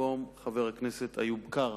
במקום חבר הכנסת איוב קרא.